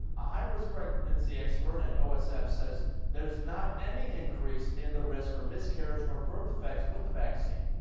a high-risk preganancy expert at o s f says there's not any increase in the risk for miscarriage or birth defects with the vaccine.